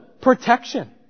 protection